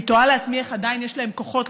אני תוהה לעצמי איך עדיין יש להם כוחות,